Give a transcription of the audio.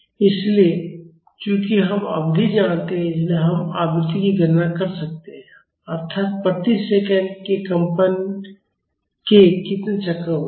इसलिए चूंकि हम अवधि जानते हैं इसलिए हम आवृत्ति की गणना कर सकते हैं अर्थात प्रति सेकेण्ड में कंपन के कितने चक्र होते हैं